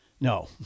No